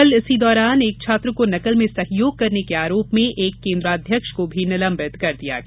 कल इसी दौरान एक छात्र को नकल में सहयोग करने के आरोप में एक केंद्राध्यक्ष को भी निलंबित कर दिया गया